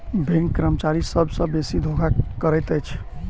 bank कर्मचारी सभ सॅ बेसी बैंक धोखा करैत अछि